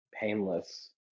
painless